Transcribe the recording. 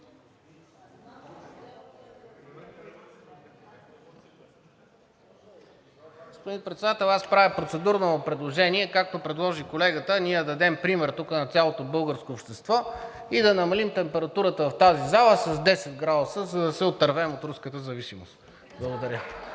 Господин Председател, аз правя процедурно предложение, както предложи колегата, ние да дадем пример тук на цялото българско общество и да намалим температурата в тази зала с 10 градуса, за да се отървем от руската зависимост. Благодаря.